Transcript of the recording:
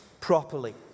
properly